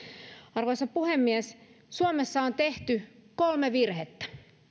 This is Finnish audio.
arvoisa puhemies suomessa on tehty kolme virhettä